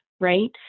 right